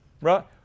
right